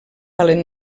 calen